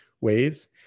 ways